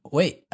Wait